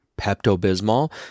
Pepto-Bismol